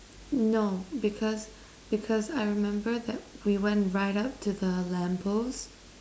no because because I remember that we went right up to the lamp post